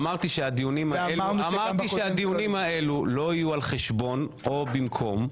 אמרנו שהדיונים האלו לא יהיו על חשבון או במקום.